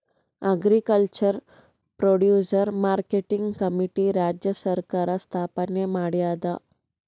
agriculture producer marketing committee ರಾಜ್ಯ ಸರ್ಕಾರ್ ಸ್ಥಾಪನೆ ಮಾಡ್ಯಾದ